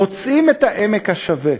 מוצאים את עמק השווה,